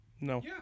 No